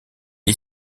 est